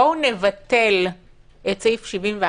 בואו נבטל את סעיף 71,